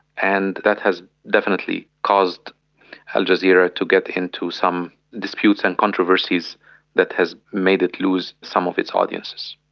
and that has definitely caused al jazeera to get into some disputes and controversies that has made it lose some of its audiences.